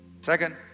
Second